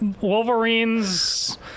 Wolverines